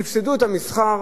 סבסדו את המסחר.